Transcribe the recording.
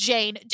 Jane